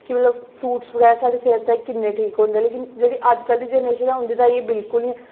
की जे फ्रूट्स बगैरा साढ़ी सेह्त लेई किन्ने ठीक होंदे लेकिन जेह्ड़ी अजकल दी जनरेशन ऐ उं'दी ताईं एह् बिल्कुल निं